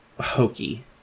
hokey